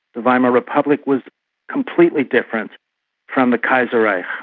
the weimar republic was completely different from the kaiser reich,